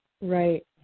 Right